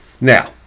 Now